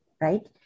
Right